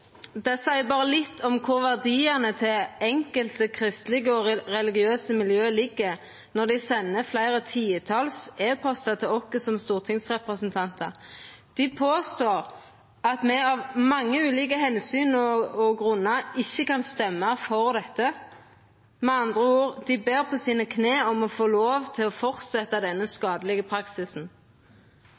Det seier berre litt om kor verdiane til enkelte kristelege og religiøse miljø ligg, når dei sender fleire titals e-postar til oss som stortingsrepresentantar. Dei påstår at me av mange ulike omsyn og grunnar ikkje kan stemma for dette. Med andre ord: Dei ber på sine kne om å få lov til å fortsetja denne skadelege praksisen.